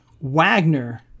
Wagner